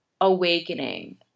awakening